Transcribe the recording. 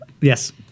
yes